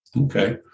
Okay